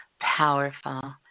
powerful